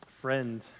friend